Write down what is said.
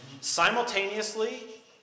Simultaneously